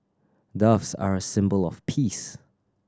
doves are a symbol of peace